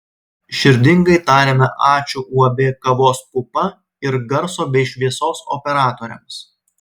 širdingai tariame ačiū uab kavos pupa ir garso bei šviesos operatoriams